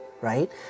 right